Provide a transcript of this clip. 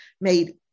made